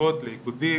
הקצבות לאיגודים,